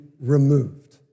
removed